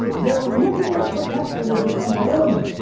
their omnipotent protector would become their enemy,